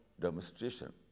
demonstration